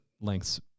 lengths